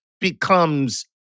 becomes